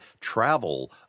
travel